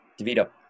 DeVito